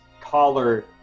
collar